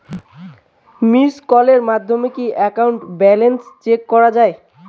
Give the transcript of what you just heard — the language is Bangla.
মিসড্ কলের মাধ্যমে কি একাউন্ট ব্যালেন্স চেক করা যায়?